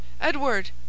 Edward